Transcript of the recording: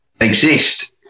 exist